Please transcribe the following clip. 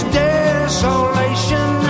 desolation